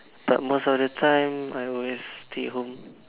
but most of the time I always stay home